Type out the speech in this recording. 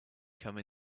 come